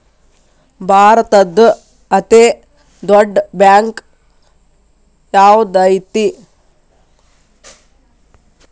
ಭಾರತದ್ದು ಅತೇ ದೊಡ್ಡ್ ಬ್ಯಾಂಕ್ ಯಾವ್ದದೈತಿ?